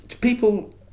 people